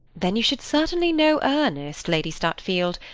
then you should certainly know ernest, lady stutfield.